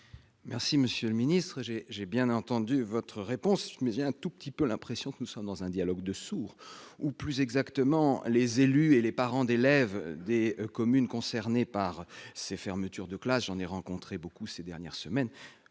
Merci, monsieur le ministre. J'ai bien entendu votre réponse, mais j'ai un peu l'impression que nous sommes dans un dialogue de sourds, si j'en crois les nombreux élus et parents d'élèves des communes concernées par ces fermetures de classes- j'en ai rencontré beaucoup ces dernières semaines.